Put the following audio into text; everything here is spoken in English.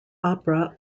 opera